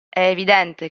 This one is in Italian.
evidente